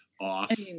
off